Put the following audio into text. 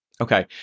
Okay